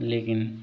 लेकिन